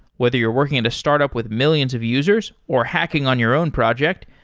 whether you're working at a startup with millions of users or hacking on your own project,